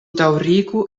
daŭrigu